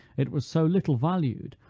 it was so little valued,